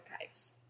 archives